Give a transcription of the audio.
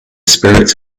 spirits